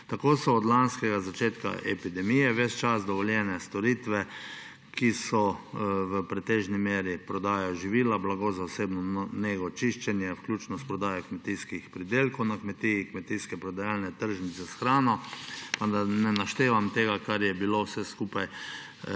Tako so od lanskega začetka epidemije ves čas dovoljene storitve, ki v pretežni meri prodajajo živila, blago za osebno nego, čiščenje, vključno s prodajo kmetijskih pridelkov na kmetiji, kmetijske prodajalne, tržnice s hrano, da ne naštevam tega, kar je bilo vse